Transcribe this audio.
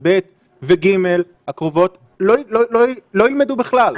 ב' ו-ג' הקרובות לא ילמדו בכלל.